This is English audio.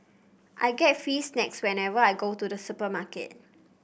I get free snacks whenever I go to the supermarket